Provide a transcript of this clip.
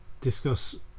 discuss